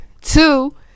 Two